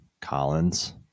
Collins